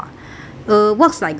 uh works like a friend